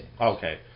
Okay